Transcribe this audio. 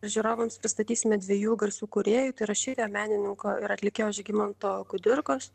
žiūrovams pristatysime dviejų garsių kūrėjų rašytojo menininko ir atlikėjo žygimanto kudirkos